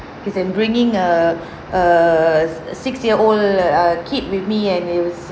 cause I'm bringing err err six six year old err kid with me and it was